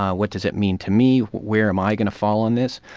ah what does it mean to me, where am i going to fall on this.